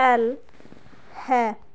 L ਹੈ